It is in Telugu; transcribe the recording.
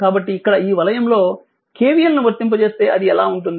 కాబట్టి ఇక్కడ ఈ వలయం లో KVL ను వర్తింపజేస్తే అది ఎలా ఉంటుంది